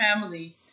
family